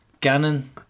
Gannon